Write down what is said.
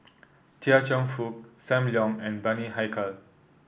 Chia Cheong Fook Sam Leong and Bani Haykal